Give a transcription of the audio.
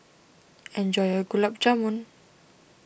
enjoy your Gulab Jamun